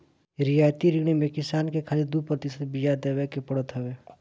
रियायती ऋण में किसान के खाली दू प्रतिशत बियाज देवे के पड़त हवे